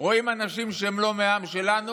רואים אנשים שהם לא מהעם שלנו